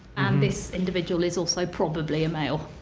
this individual is also probably a male.